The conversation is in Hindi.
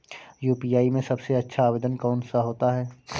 यू.पी.आई में सबसे अच्छा आवेदन कौन सा होता है?